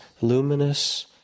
luminous